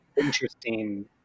interesting